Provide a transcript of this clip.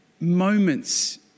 Moments